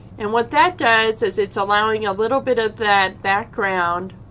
and what that does is it's allowing a little bit of that background